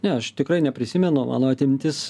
ne aš tikrai neprisimenu mano atmintis